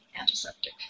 antiseptic